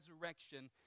resurrection